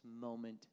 moment